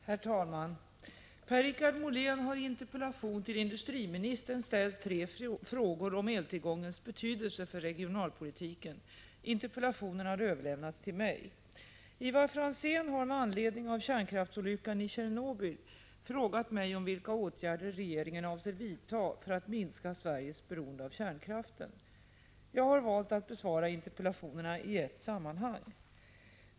Herr talman! Per-Richard Molén har i en interpellation till industriministern ställt tre frågor om eltillgångens betydelse för regionalpolitiken. Interpellationen har överlämnats till mig. Ivar Franzén har med anledning av kärnkraftsolyckan i Tjernobyl frågat mig om vilka åtgärder regeringen avser att vidta för att minska Sveriges beroende av kärnkraften. Jag har valt att besvara interpellationerna i ett sammanhang.